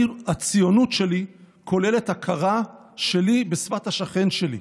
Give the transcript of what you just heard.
הציונות שלי כוללת הכרה שלי בשפת השכן שלי.